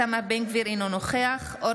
אינו נוכח איתמר בן גביר,